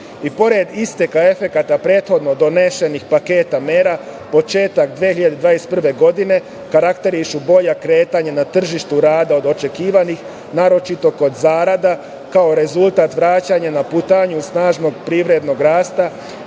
pored isteka efekata prethodno donesenih paketa mera, početak 2021. godine karakterišu bolja kretanja na tržištu rada od očekivanih, naročito kod zarada, kao rezultat vraćanja na putanju snažnog privrednog rasta